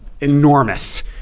enormous